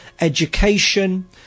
education